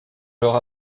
leurs